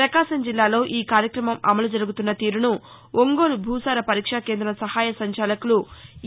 ప్రకాశం జిల్లాలో ఈ కార్యక్రమం అమలు జరుగుతున్న తీరును ఒంగోలు భూసార పరీక్షా కేంద్రం సహాయ సంచాలకులు ఇ